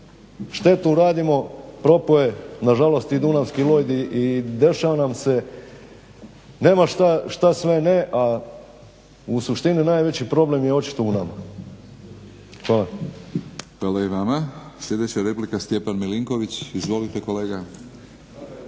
Štetu radimo, propao je nažalost i dunavski … i dešava nam se nema šta sve ne, a u suštini najveći problem je očito u nama. Hvala. **Batinić, Milorad (HNS)** Hvala i vama. Sljedeća replika Stjepan Milinković. Izvolite kolega.